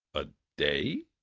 a day?